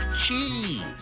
Cheese